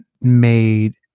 made